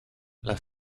las